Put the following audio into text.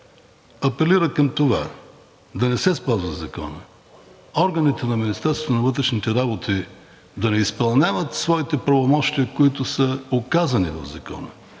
апелира към това да не се спазва Законът, органите на Министерството на вътрешните работи да не изпълняват своите правомощия, които са указани в Закона,